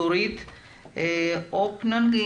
דורית הופנונג.